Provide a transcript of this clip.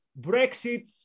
Brexit